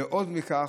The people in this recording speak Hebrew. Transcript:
ויותר מכך,